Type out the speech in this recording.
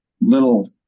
little